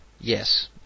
yes